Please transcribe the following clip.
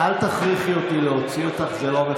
את מה עוד אתה הולך